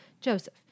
joseph